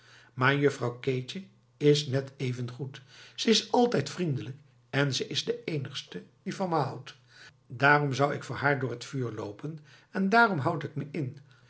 maar juffrouw keetje is net even goed ze is altijd vriendelijk en ze is de eenigste die van me houdt daarom zou ik voor haar door het vuur loopen en daarom houd ik me in